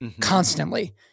constantly